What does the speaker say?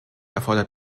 erfordert